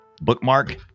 Bookmark